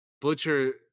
Butcher